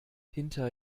hinter